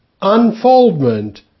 unfoldment